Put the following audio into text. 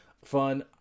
Fun